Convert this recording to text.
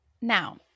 now